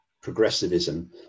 progressivism